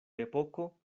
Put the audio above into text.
epoko